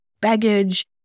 baggage